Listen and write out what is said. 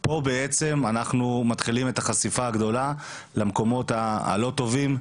פה אנחנו מתחילים את החשיפה הגדולה למקומות הלא טובים,